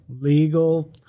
Legal